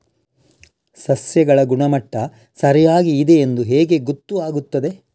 ಸಸ್ಯಗಳ ಗುಣಮಟ್ಟ ಸರಿಯಾಗಿ ಇದೆ ಎಂದು ಹೇಗೆ ಗೊತ್ತು ಆಗುತ್ತದೆ?